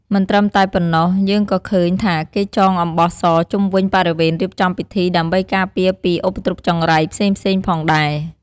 មិនត្រឹមតែប៉ុណ្ណោះ យើងក៏ឃើញថាគេចងអំបោះសជុំវិញបរិវេណរៀបចំពិធី ដើម្បីការពារពីឧបទ្រពចង្រៃផ្សេងៗផងដែរ។